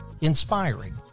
inspiring